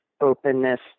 openness